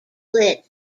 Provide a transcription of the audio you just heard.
lit